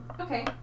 Okay